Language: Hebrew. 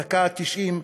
בדקה התשעים,